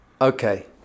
Okay